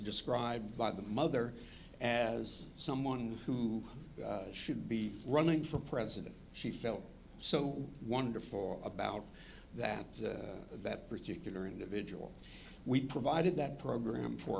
described by the mother as someone who should be running for president she felt so wonderful about that that particular individual we provided that program for